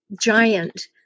giant